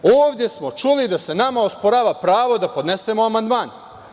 Ovde smo čuli da se nama osporava pravo da podnesemo amandman.